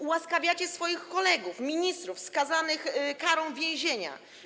Ułaskawiacie swoich kolegów, ministrów skazanych na karę więzienia.